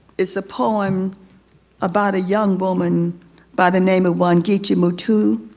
it's a poem about a young woman by the name of wangechi mutu,